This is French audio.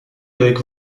avec